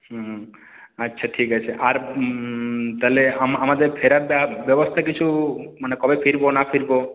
হুম হুম আচ্ছা ঠিক আছে আর তাহলে আমাদের ফেরারটা ব্যবস্থা কিছু মানে কবে ফিরব না ফিরব